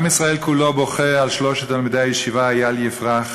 עם ישראל כולו בוכה על שלושת תלמידי הישיבה: איל יפרח,